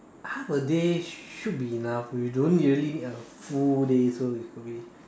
half a day should be enough we don't really need a full day so it's okay